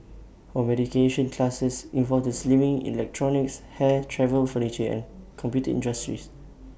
mediation cases involved the slimming electronics hair travel furniture and computer industries